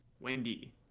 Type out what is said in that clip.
Wendy